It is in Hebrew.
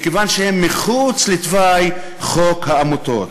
מכיוון שהם מחוץ לתוואי חוק העמותות.